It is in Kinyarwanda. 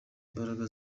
imbaraga